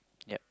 yup